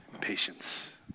patience